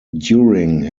during